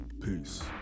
peace